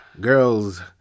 Girls